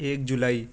ایک جولائی